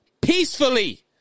peacefully